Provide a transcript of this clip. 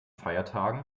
feiertagen